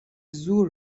زور